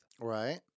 Right